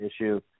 issue